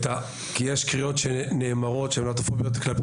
כי יש קריאות של להט"בופוביות שנאמרות כלפי